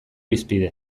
hizpide